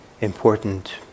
important